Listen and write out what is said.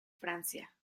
francia